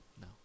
No